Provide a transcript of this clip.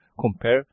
compare